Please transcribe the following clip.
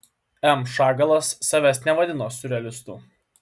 m šagalas savęs nevadino siurrealistu